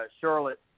Charlotte